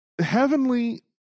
Heavenly